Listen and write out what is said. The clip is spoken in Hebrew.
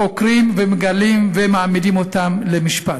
חוקרים ומגלים ומעמידים אותם למשפט.